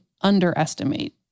underestimate